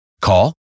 Call